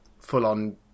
full-on